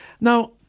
Now